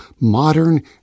modern